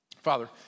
Father